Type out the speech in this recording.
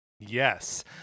Yes